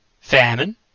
famine